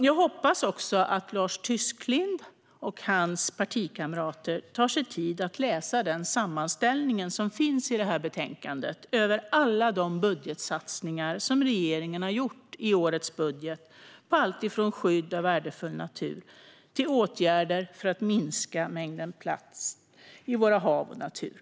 Jag hoppas också att Lars Tysklind och hans partikamrater tar sig tid att läsa sammanställningen i betänkandet över alla de budgetsatsningar som regeringen har gjort i årets budget på allt från skydd av värdefull natur till åtgärder för att minska mängden plast i våra hav och i naturen.